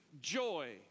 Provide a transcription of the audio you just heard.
joy